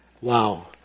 Wow